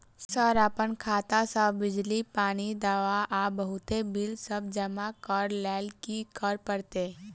Sir अप्पन खाता सऽ बिजली, पानि, दवा आ बहुते बिल सब जमा करऽ लैल की करऽ परतै?